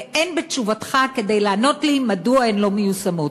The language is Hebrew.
ואין בתשובתך כדי לענות לי מדוע הן לא מיושמות.